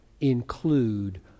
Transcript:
include